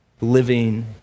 living